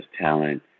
talent